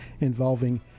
involving